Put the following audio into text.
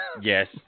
Yes